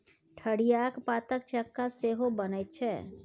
ठढियाक पातक चक्का सेहो बनैत छै